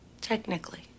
Technically